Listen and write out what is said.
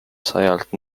sajalt